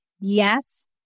Yes